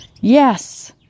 Yes